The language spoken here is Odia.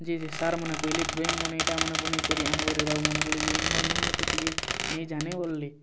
ଯେ ସେ ସାର୍ ମାନେ କହେଲେ ଡ୍ରଇଂ ମାନେ ଇ'ଟା ମାନେ ବନେଇକରି ଆଣବ୍ ରେ ବାବୁ ମାନେ ବଏଲେ ଯେ ମୋର୍ ନନି ତ ଟିକେ ନାଇ ଜାନେ ବୋଏଲେ